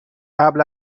قبل